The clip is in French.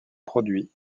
produit